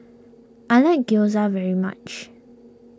I like Gyoza very much